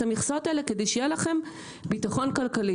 המכסות האלה כדי שיהיה לכם ביטחון כלכלי,